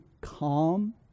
calm